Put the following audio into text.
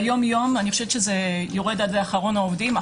ביום יום, אני חושבת שזה יורד על לאחרון העובדים.